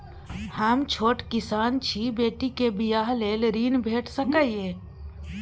हम छोट किसान छी, बेटी के बियाह लेल ऋण भेट सकै ये?